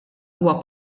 huwa